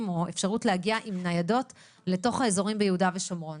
או אפשרות להגיע עם ניידות לתוך יהודה ושומרון?